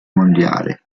mondiale